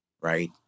right